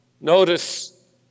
Notice